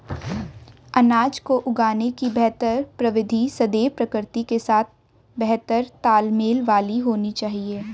अनाज को उगाने की बेहतर प्रविधि सदैव प्रकृति के साथ बेहतर तालमेल वाली होनी चाहिए